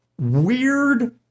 weird